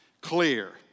Clear